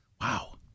Wow